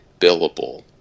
billable